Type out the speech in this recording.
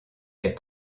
est